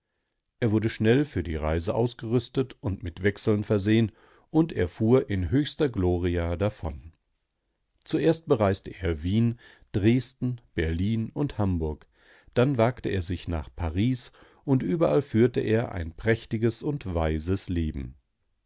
er wurde schnell für die reise ausgerüstet und mit wechseln versehen und er fuhr in höchster gloria davon zuerst bereiste er wien dresden berlin und hamburg dann wagte er sich nach paris und überall führte er ein prächtiges und weises leben